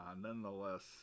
nonetheless